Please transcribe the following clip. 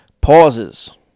Pauses